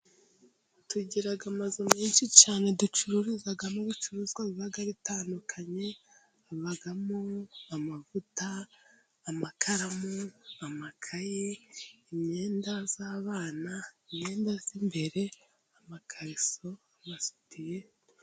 Tugira amazu menshi cyane ducururizamo ibicuruzwa biba bitandukanye habamo :amavuta ,amakaramu, amakaye, imyenda y'abana ,imyenda y'imbere, amakariso ,amasutiye...